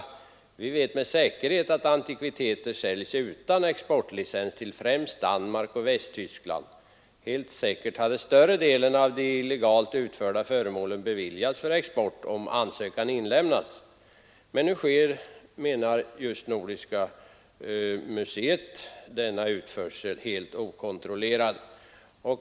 Vi vet med säkerhet att antikviteter säljs utan exportlicens till främst Danmark och Västtyskland. Helt säkert hade större delen av de illegalt utförda föremålen beviljats för export om ansökan inlämnats.” Men nu sker, menar Nordiska museet, denna utförsel helt okontrollerad.